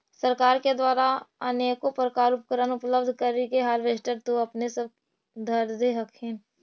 सरकार के द्वारा अनेको प्रकार उपकरण उपलब्ध करिले हारबेसटर तो अपने सब धरदे हखिन?